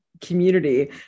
community